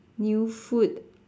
new food